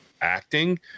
acting